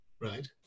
Right